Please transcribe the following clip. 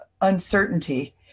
uncertainty